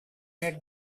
met